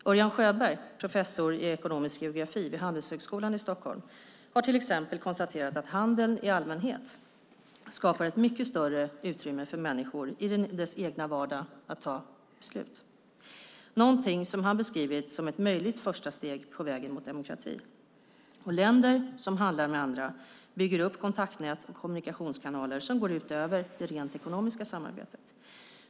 Örjan Sjöberg, professor i ekonomisk geografi vid Handelshögskolan i Stockholm, har till exempel konstaterat att handeln i allmänhet skapar ett mycket större utrymme för människor i deras egen vardag att fatta beslut - någonting som han beskrivit som ett möjligt första steg på vägen mot demokrati. Länder som handlar med andra bygger upp kontaktnät och kommunikationskanaler som går utöver det rent ekonomiska samarbetet.